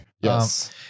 Yes